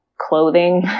clothing